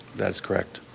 that's correct.